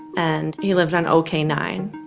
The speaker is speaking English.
and he lived on ok nine.